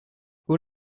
hoe